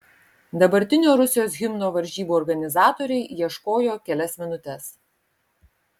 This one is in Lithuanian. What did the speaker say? dabartinio rusijos himno varžybų organizatoriai ieškojo kelias minutes